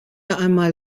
einmal